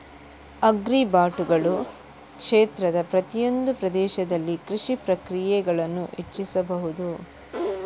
ಆಗ್ರಿಬಾಟುಗಳು ಕ್ಷೇತ್ರದ ಪ್ರತಿಯೊಂದು ಪ್ರದೇಶದಲ್ಲಿ ಕೃಷಿ ಪ್ರಕ್ರಿಯೆಗಳನ್ನು ಹೆಚ್ಚಿಸಬಹುದು